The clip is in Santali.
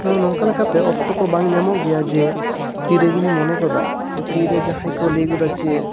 ᱛᱟᱦᱚᱞᱮ ᱱᱚᱝᱠᱟ ᱞᱮᱠᱟᱛᱮ ᱚᱠᱛᱚ ᱠᱚ ᱵᱟᱝ ᱧᱟᱢᱚᱜ ᱜᱮᱭᱟ ᱡᱮ ᱛᱤ ᱨᱮᱜᱮᱧ ᱢᱚᱱᱮ ᱜᱚᱫᱟ ᱛᱤᱨᱮ ᱡᱟᱦᱟᱭ ᱠᱚ ᱞᱟᱹᱜᱚᱫᱟ ᱡᱮ